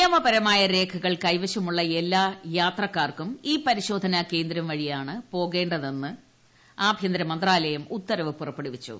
നിയമപരമായ രേഖകൾ കൈവശമുള്ള എല്ലാ യാത്രികരും ഈ പരിശോധനാ കേന്ദ്രം വഴിയാണ് പോകേണ്ടതെന്ന് ആഭൃന്തരമന്ത്രാലയം ഉത്തരവ് പുറപ്പെടുവിച്ചു